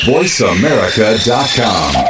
VoiceAmerica.com